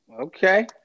Okay